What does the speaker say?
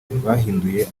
bahinduye